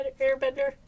Airbender